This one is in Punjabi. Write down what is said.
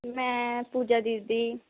ਮੈਂ ਪੂਜਾ ਦੀਦੀ ਦੀ